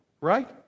right